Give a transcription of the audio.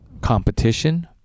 competition